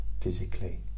physically